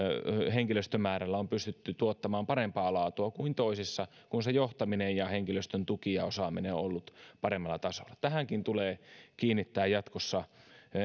henkilöstömäärällä on pystytty tuottamaan parempaa laatua kuin toisissa kun johtaminen ja henkilöstön tuki ja osaaminen on ollut paremmalla tasolla tähänkin tulee kiinnittää jatkossa